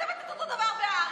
שכותבת את אותו דבר בהארץ.